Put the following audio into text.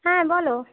হ্যাঁ বলো